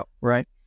Right